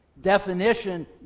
definition